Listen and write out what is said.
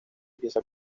empieza